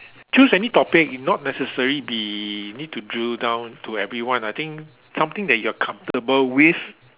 choose any topic not necessary be need to drill down to everyone I think something that you are comfortable with